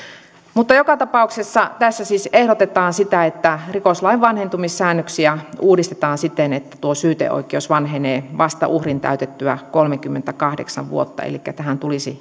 joka tapauksessa tässä siis ehdotetaan sitä että rikoslain vanhentumissäännöksiä uudistetaan siten että tuo syyteoikeus vanhenee vasta uhrin täytettyä kolmekymmentäkahdeksan vuotta elikkä tähän tulisi